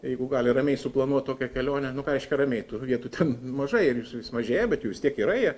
jeigu gali ramiai suplanuot tokią kelionę nu ką reiškia ramiai tų vietų ten mažai ir jūs vis mažėja bet jų vis tiek yra jie